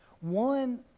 One